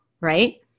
right